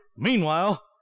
Meanwhile